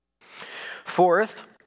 Fourth